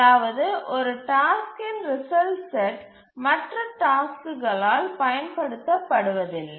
அதாவது ஒரு டாஸ்க்கின் ரிசல்ட் செட் மற்ற டாஸ்க்குகளால் பயன்படுத்தப்படுவதில்லை